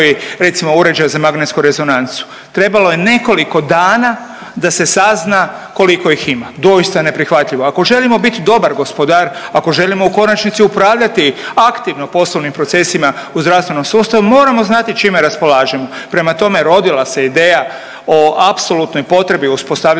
recimo uređaja za magnetsku rezonancu. Trebalo je nekoliko dana da se sazna koliko ih ima. Doista neprihvatljivo. Ako želimo biti dobar gospodar, ako želimo u konačnici upravljati aktivno poslovnim procesima u zdravstvenom sustavu moramo znati čime raspolažemo. Prema tome rodila se ideja o apsolutnoj potrebi uspostavljanja